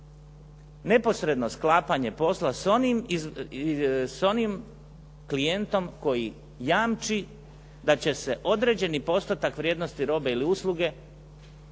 neposredno sklapanje posla s onim klijentom koji jamči da će se određeni postotak vrijednosti robe ili usluge